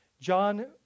John